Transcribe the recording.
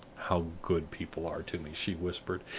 how good people are to me! she whispered,